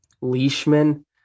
Leishman